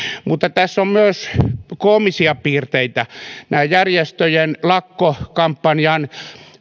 mutta tässä on myös koomisia piirteitä järjestöjen lakkokampanjan